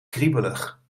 kriebelig